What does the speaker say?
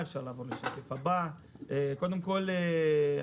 קודם כול,